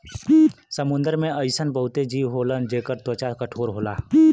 समुंदर में अइसन बहुते जीव होलन जेकर त्वचा कठोर होला